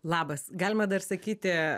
labas galima dar sakyti